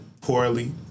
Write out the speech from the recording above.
poorly